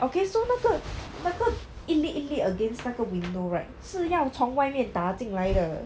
okay so 那个那个一粒一粒 against 那个 window right 是要从外面打进来的